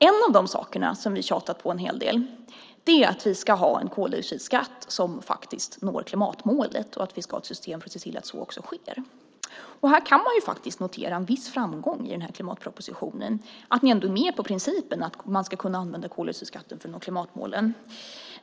En av de saker som vi tjatat om en hel del är att vi ska ha en koldioxidskatt som når klimatmålet och att vi ska ha ett system för att se till att så också sker. Här kan man notera en viss framgång i den här klimatpropositionen, nämligen att ni ändå är med på principen att man ska kunna använda koldioxidskatten för att nå klimatmålen.